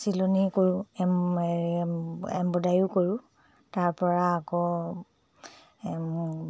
চিলনি কৰোঁ এম এম্ব্ৰডাৰীও কৰোঁ তাৰপৰা আকৌ